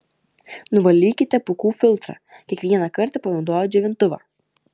nuvalykite pūkų filtrą kiekvieną kartą panaudoję džiovintuvą